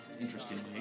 Interestingly